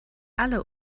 alle